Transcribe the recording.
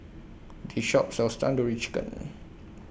This Shop sells Tandoori Chicken